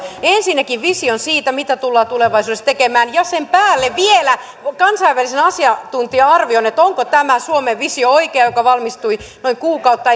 ensinnäkin vision siitä mitä tullaan tulevaisuudessa tekemään ja sen päälle vielä kansainvälisen asiantuntija arvion siitä onko oikea tämä suomen visio joka valmistui noin kuukautta